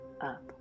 up